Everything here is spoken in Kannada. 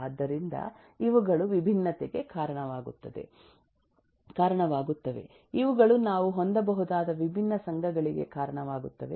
ಆದ್ದರಿಂದ ಇವುಗಳು ವಿಭಿನ್ನತೆಗೆ ಕಾರಣವಾಗುತ್ತವೆ ಇವುಗಳು ನಾವು ಹೊಂದಬಹುದಾದ ವಿಭಿನ್ನ ಸಂಘಗಳಿಗೆ ಕಾರಣವಾಗುತ್ತವೆ